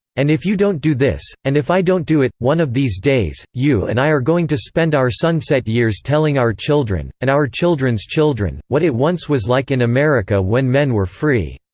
and if you don't do this, and if i don't do it, one of these days, you and i are going to spend our sunset years telling our children, and our children's children, what it once was like in america when men were free.